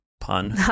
Pun